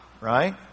right